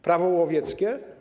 Prawo łowieckie.